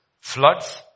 Floods